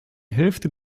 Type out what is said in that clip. hälfte